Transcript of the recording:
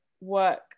work